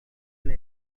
sini